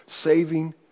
Saving